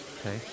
Okay